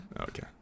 Okay